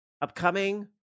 upcoming